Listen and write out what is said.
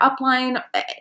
upline